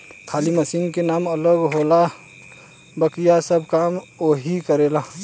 खाली मशीन के नाम अलग होला बाकिर सब काम ओहीग करेला